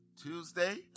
Tuesday